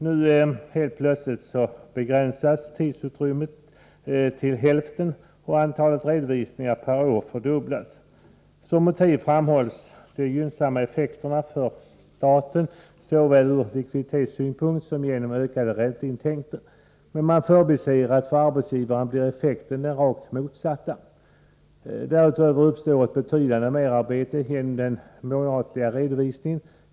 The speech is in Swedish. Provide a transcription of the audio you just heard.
Nu begränsas helt plötsligt tidsutrymmet till hälften, och antalet redovisningar per år fördubblas. Som motiv framhålls de gynnsamma effekterna för staten, såväl ur likviditetssynpunkt som genom ökade ränteintäkter. Man förbiser dock att effekten för arbetsgivaren blir den rakt motsatta. Därutöver uppstår ett betydande merarbete genom den månatliga redovisningen.